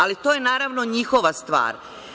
Ali, to je, naravno, njihova stvar.